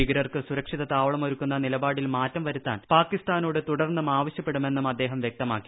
ഭീകരർക്ക് സുരക്ഷിത താവളം ഒർമക്കുന്ന നിലപാടിൽ മാറ്റം വരുത്താൻ പാകിസ്ഥാനോട് തുടർന്നും ആപ്പശ്യപ്പെടുമെന്നും അദ്ദേഹം വ്യക്തമാക്കി